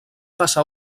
passà